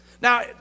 Now